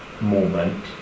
moment